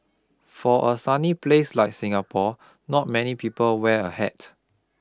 for a sunny place like Singapore not many people wear a hat